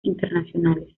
internacionales